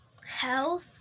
health